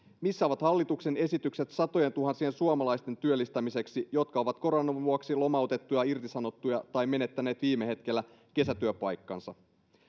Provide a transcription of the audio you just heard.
missä ovat hallituksen esitykset niiden satojentuhansien suomalaisten työllistämiseksi jotka ovat koronan vuoksi lomautettuja irtisanottuja tai menettäneet viime hetkellä kesätyöpaikkansa